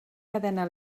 cadena